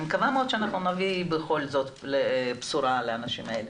מקווה מאוד שנביא בכל זאת בשורה לאנשים האלה.